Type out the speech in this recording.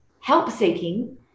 help-seeking